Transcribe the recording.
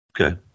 Okay